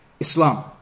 Islam